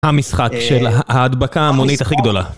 המשחק של ההדבקה ההמונית הכי גדולה